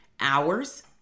hours